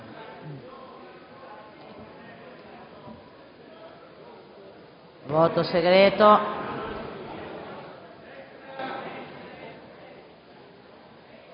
voto segreto,